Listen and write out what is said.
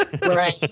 Right